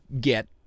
get